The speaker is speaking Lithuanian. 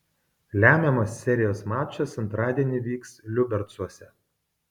lemiamas serijos mačas antradienį vyks liubercuose